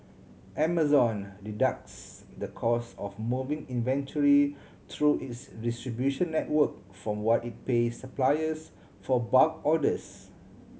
Amazon deducts the cost of moving inventory through its distribution network from what it pays suppliers for bulk orders